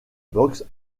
boxe